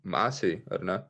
masei ar ne